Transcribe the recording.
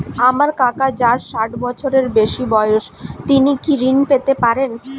আমার কাকা যার ষাঠ বছরের বেশি বয়স তিনি কি ঋন পেতে পারেন?